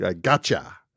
gotcha